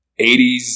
80s